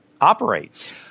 operates